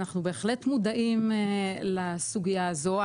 אנחנו בהחלט מודעים לסוגיה הזו.